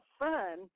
fun